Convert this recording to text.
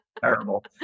terrible